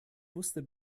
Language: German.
wusste